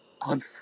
on